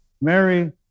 Mary